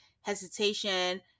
hesitation